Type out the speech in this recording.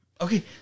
Okay